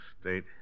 state